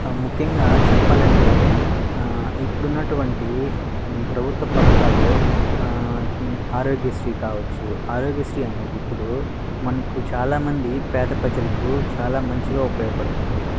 ముఖ్యంగా చెప్పాలి అంటే ఆ ఇప్పుడు ఉన్న అటువంటి ప్రభుత్వ పథకాలు ఆ ఆరోగ్యశ్రీ కావచ్చు ఆరోగ్యశ్రీ అనేది ఇప్పుడు మనకు చాలా మంది పేద ప్రజలకు చాలా మంచిగా ఉపయోగపడుతుంది